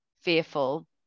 fearful